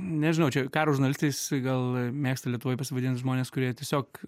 nežinau čia karo žurnalistais gal mėgsta lietuvoj pasivadint žmonės kurie tiesiog